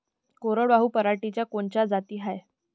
कोरडवाहू पराटीच्या कोनच्या जाती हाये?